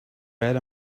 read